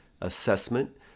assessment